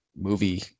movie